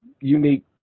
unique